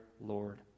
Lord